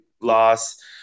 loss